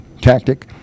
tactic